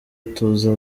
tuza